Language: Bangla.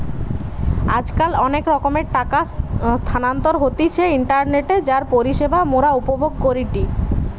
আজকাল অনেক রকমের টাকা স্থানান্তর হতিছে ইন্টারনেটে যার পরিষেবা মোরা উপভোগ করিটি